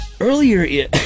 earlier